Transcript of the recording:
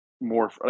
more